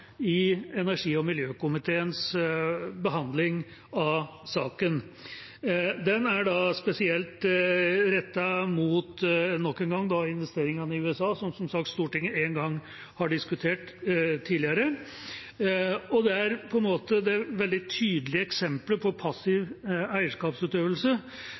i energi- og miljøkomiteens behandling av saken. Den var da nok en gang spesielt rettet mot investeringene i USA, som Stortinget som sagt har diskutert en gang tidligere. Der kom det fram veldig tydelige eksempler på passiv eierskapsutøvelse. Til tross for at Finanstilsynet anbefalte at det skulle rapporteres på